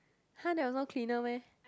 !huh! there was no cleaner meh